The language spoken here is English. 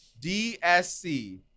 DSC